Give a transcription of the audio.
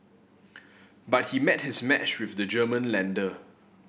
but he met his match with the German lender